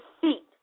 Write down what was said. seat